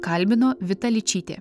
kalbino vita ličytė